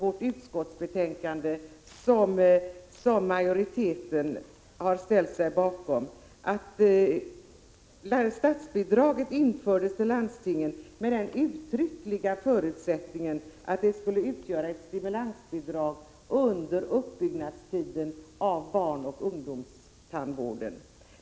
I det betänkande som utskottets majoritet ställde sig bakom när statsbidraget till landstingen infördes sades uttryckligen att det skulle utgöra ett stimulansbidrag under barnoch ungdomstandvårdens uppbyggnadstid.